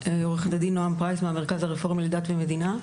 המרכז הרפורמי לדת ומדינה,